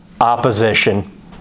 opposition